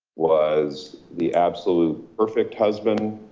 was the absolute perfect husband,